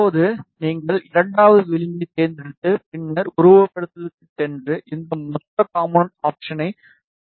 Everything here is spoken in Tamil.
இதேபோல் நீங்கள் இரண்டாவது விளிம்பைத் தேர்ந்தெடுத்து பின்னர் உருவகப்படுத்துதலுக்குச் சென்று இந்த மொத்த காம்போனென்ட் ஆப்ஷனை தேர்ந்தெடுக்கவும்